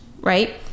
Right